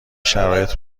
شرایط